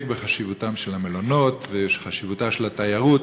בחשיבותם של המלונות וחשיבותה של התיירות.